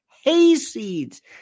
hayseeds